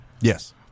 Yes